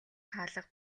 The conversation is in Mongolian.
хаалга